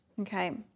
okay